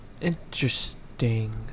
Interesting